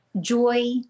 joy